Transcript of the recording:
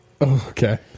Okay